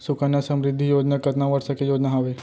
सुकन्या समृद्धि योजना कतना वर्ष के योजना हावे?